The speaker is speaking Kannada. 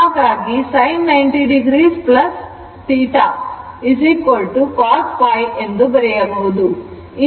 ಹಾಗಾಗಿ sin 90 o θπ cos ಎಂದು ಬರೆಯಬಹುದು